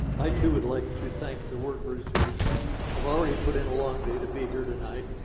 i too would like to thank the workers who have already put in a long day to be here tonight.